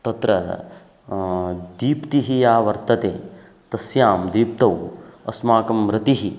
तत्र दीप्तिः या वर्तते तस्यां दीप्तौ अस्माकं रतिः